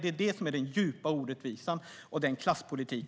Den politik ni driver är en djupt orättvis klasspolitik.